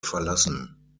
verlassen